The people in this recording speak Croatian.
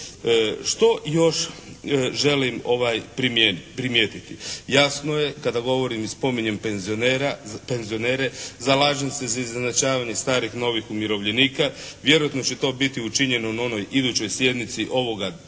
Što još želim primijetiti? Jasno je kada govorim i spominjem penzionere zalažem se za izjednačavanje starih, novih umirovljenika. Vjerojatno će to biti učinjeno na onoj idućoj sjednici ovoga Doma